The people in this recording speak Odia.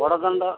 ବଡ଼ଦାଣ୍ଡ